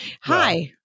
Hi